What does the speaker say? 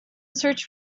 search